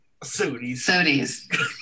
Sodies